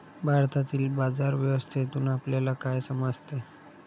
भारतातील बाजार व्यवस्थेतून आपल्याला काय समजते?